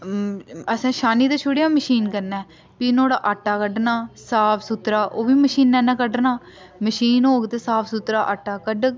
असें छानी ते छुड़ेआ मशीन कन्नै फ्ही नुआढ़ा आटा कड्ढना साफ सुथरा कड्नां ओह् बी मशीनै ने कड्ढना मशीन होग ते साफ सुथरा आटा कड्ढग